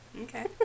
Okay